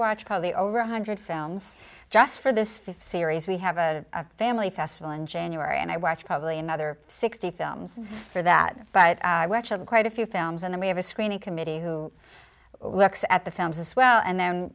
watch probably over one hundred films just for this fifty series we have a family festival in january and i watch probably another sixty films for that but quite a few films and then we have a screening committee who looks at the films as well and then